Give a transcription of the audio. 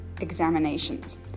examinations